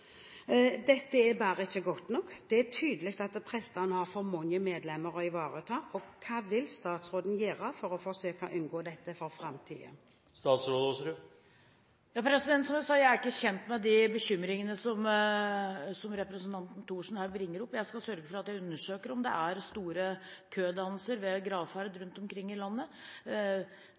Dette er bare ikke godt nok. Det er tydelig at prestene har for mange medlemmer å ivareta. Hva vil statsråden gjøre for å forsøke å unngå dette for framtiden? Som jeg sa, jeg er ikke kjent med de bekymringene som representanten Thorsen her bringer opp. Jeg skal undersøke om det er store kødannelser ved gravferd rundt omkring i landet.